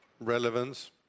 relevance